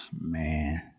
man